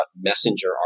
messenger